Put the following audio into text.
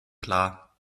klar